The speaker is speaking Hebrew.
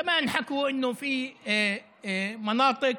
(אומר בערבית: וגם אמרו שיש אזורים שבהם נגנבו)